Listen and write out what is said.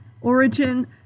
origin